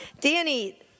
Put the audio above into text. Danny